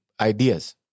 ideas